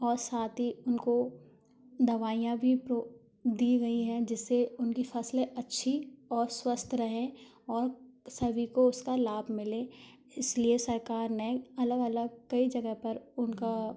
और साथ ही उनको दवाइयाँ भी दी गई हैं जिससे उनकी फसलें अच्छी और स्वस्थ रहें और सभी को उसका लाभ मिले इसलिए सरकार ने अलग अलग कई जगह पर उनका